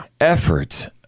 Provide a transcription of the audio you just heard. effort